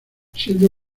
siendo